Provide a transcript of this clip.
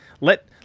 let